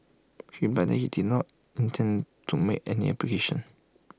he replied that he did not intend to make any application